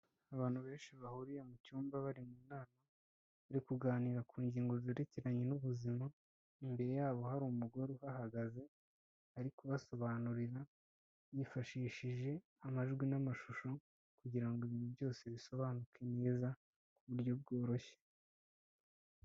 Abantu benshi bahuriye mu cyumba bari mu nama, bari kuganira ku ngingo zerekeranye n'ubuzima, imbere yabo hari umugore uhahagaze, ari kubasobanurira, yifashishije amajwi n'amashusho kugira ngo ibintu byose bisobanuke neza, ku buryo bworoshye.